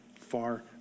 far